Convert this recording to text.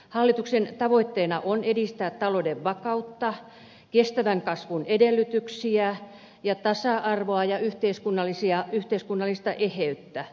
hallituksen tavoitteena on edistää talouden vakautta kestävän kasvun edellytyksiä ja tasa arvoa ja yhteiskunnallista eheyttä